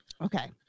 okay